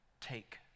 take